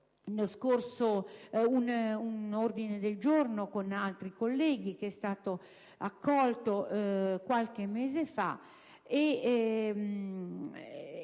Abbiamo presentato un ordine del giorno con altri colleghi che è stato accolto qualche mese fa in